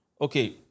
okay